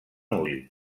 ull